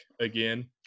again